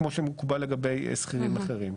כמו שמקובל לגבי שכירים אחרים.